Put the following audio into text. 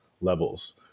levels